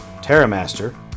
Terramaster